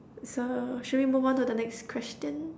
so should we move on to next question